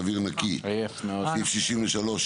ייתכנו אי-דיוקים